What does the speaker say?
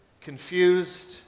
confused